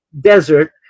desert